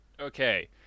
Okay